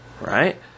Right